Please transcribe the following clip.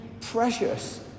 precious